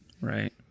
Right